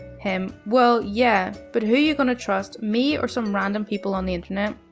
him, well yeah, but who are you going to trust me or some random people on the internet.